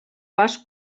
pas